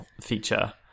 feature